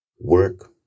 work